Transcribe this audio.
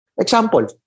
Example